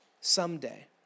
someday